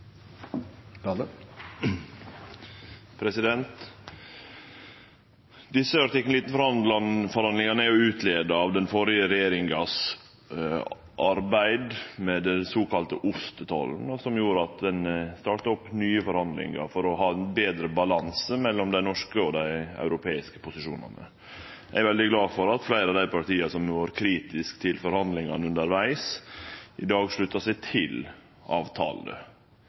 Desse artikkel 19-forhandlingane er utleia av den førre regjeringas arbeid med den såkalla ostetollen, som gjorde at ein starta opp nye forhandlingar for å få betre balanse mellom dei norske og dei europeiske posisjonane. Eg er veldig glad for at fleire av dei partia som var kritiske til forhandlingane undervegs, i dag sluttar seg til